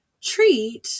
treat